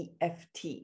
EFT